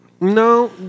No